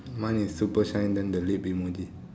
mine is super shine then the lip emoji